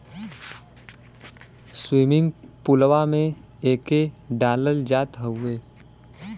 swimming पुलवा में एके डालल जात हउवे